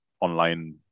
online